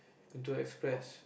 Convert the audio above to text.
into express